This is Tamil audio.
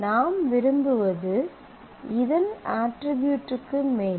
நாம் விரும்புவது இதன் அட்ரிபியூட்க்கு மேல்